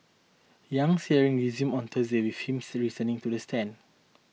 Yang's hearing resumes on Thursday with him to the stand